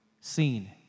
seen